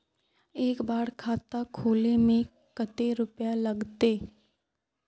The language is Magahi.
एक बार खाता खोले में कते रुपया लगते?